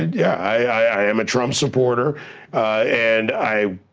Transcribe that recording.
yeah, i am a trump supporter and i,